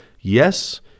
yes